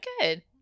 good